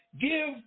Give